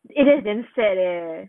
it is damn sad leh